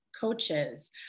coaches